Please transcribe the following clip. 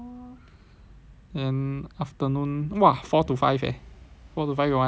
then afternoon !wah! four to five eh four to five got one lecture